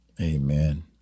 Amen